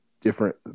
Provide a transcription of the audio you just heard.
different